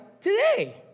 today